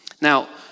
Now